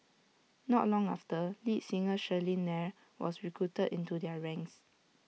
not long after lead singer Shirley Nair was recruited into their ranks